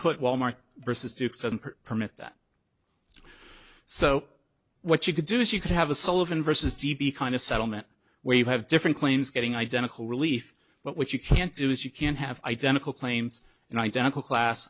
put wal mart vs dukes and permit that so what you could do is you could have a sullivan versus d p kind of settlement where you have different claims getting identical relief but what you can't do is you can have identical claim